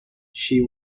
she